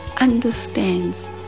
understands